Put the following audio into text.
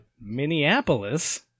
Minneapolis